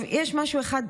יש משהו אחד,